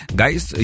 guys